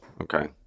Okay